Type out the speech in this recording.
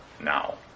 now